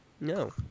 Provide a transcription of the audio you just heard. No